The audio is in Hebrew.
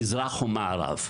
מזרח ומערב,